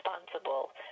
responsible